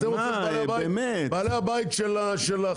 אתם רוצים להיות בעלי הבית של החרדים.